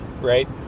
right